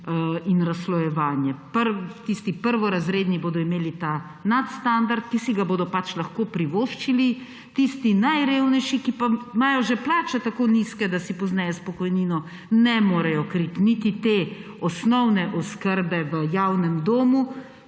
in razslojevanje. Tisti prvorazredni bodo imeli ta nadstandard, ki si ga bodo pač lahko privoščili. Tisti najrevnejši, ki pa imajo že plače tako nizke, da si pozneje s pokojnino ne morejo kriti niti te osnovne oskrbe v javnem domu,